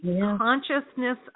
consciousness